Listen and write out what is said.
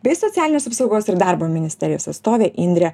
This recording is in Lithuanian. bei socialinės apsaugos ir darbo ministerijos atstovė indrė